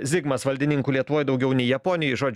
zigmas valdininkų lietuvoj daugiau nei japonijo žodžiu